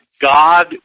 God